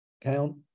count